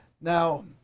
Now